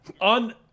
on